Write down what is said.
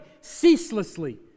ceaselessly